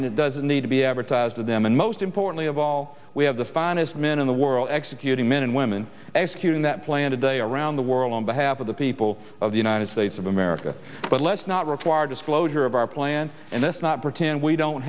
and it doesn't need to be advertised to them and most importantly of all we have the finest men in the world executing men and women executing that plan today around the world on behalf of the people of the united states of america but let's not require disclosure of our plans and that's not pretend we don't